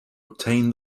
obtain